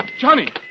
Johnny